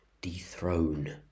Dethrone